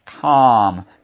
calm